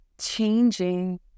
changing